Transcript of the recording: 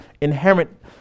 inherent